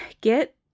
get